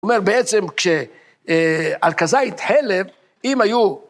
‫הוא אומר, בעצם כשעל כזית חלב, ‫אם היו...